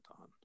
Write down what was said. on